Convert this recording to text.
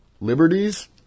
liberties